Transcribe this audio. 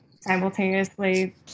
simultaneously